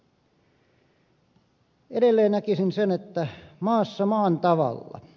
edelleen näkisin sen että maassa maan tavalla